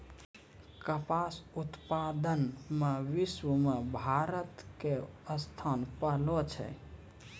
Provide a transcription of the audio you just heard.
कपास उत्पादन मॅ विश्व मॅ भारत के स्थान पहलो छै